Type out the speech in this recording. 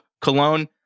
Cologne